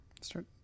Start